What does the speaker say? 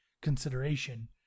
consideration